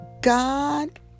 God